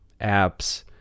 apps